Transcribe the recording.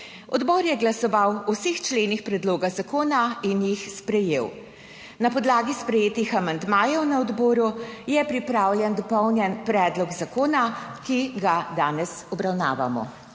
Odbor je glasoval o vseh členih predloga zakona in jih sprejel. Na podlagi sprejetih amandmajev na odboru je pripravljen dopolnjen predlog zakona, ki ga danes obravnavamo.